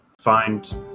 find